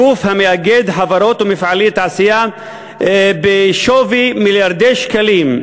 גוף המאגד חברות ומפעלי תעשייה בשווי מיליארדי שקלים.